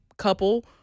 couple